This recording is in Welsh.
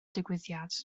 digwyddiad